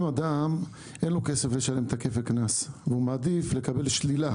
אם לאדם אין כסף לשלם את כפל הקנס והוא מעדיף לקבל שלילה